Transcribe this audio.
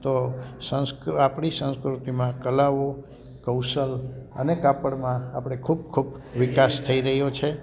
તો સંસ આપણી સંસ્કૃતિમાં કલાઓ કૌશલ અને કાપડમાં આપણે ખૂબ ખૂબ વિકાસ થઈ રહ્યો છે